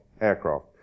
aircraft